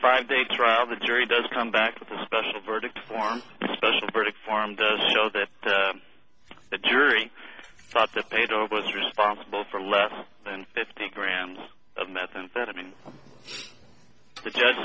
five day trial the jury does come back with a special verdict form a special verdict form does show that the jury thought that pedro was responsible for less than fifteen grams of methamphetamine the judge